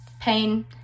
pain